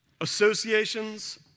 associations